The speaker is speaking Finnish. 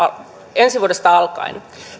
ensi vuodesta alkaen